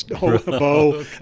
bow